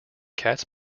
cats